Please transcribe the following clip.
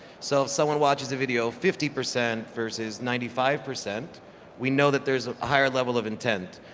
so someone watches the video fifty percent versus ninety five percent we know that there's a higher level of intent,